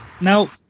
Now